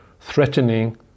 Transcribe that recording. threatening